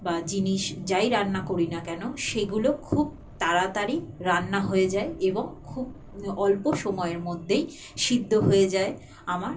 বা জিনিস যাই রান্না করি না কেনো সেগুলো খুব তাড়াতাড়ি রান্না হয়ে যায় এবং খুব অল্প সময়ের মধ্যেই সিদ্ধ হয়ে যায় আমার